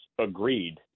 agreed